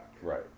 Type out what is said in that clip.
Right